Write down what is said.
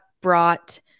brought